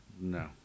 No